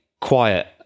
quiet